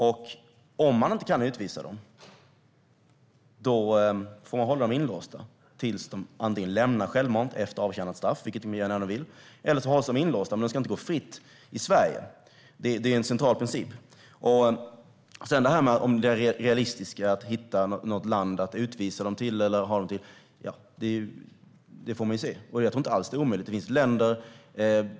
Om man inte kan utvisa dessa personer får man hålla dem inlåsta tills de antingen lämnar självmant efter avtjänat straff, eller också ska de hållas inlåsta. De ska dock inte gå fria i Sverige. Det är en central princip. När det gäller det realistiska i att hitta något land att utvisa dem till får vi ju se. Jag tror inte alls att det är omöjligt.